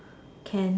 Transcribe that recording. can